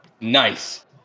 Nice